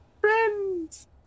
Friends